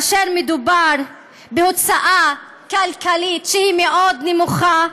מדובר בהוצאה כלכלית שהיא מאוד נמוכה,